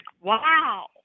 Wow